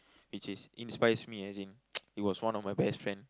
which is inspires me as in it was one of my best friend